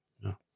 No